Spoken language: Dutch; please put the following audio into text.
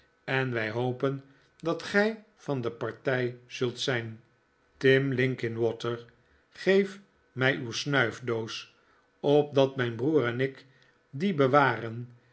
en wij hopen dat gij van de partij zult zijn tim linkinwater geef mij uw snuifdoos opdat mijn broer en ik die